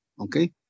okay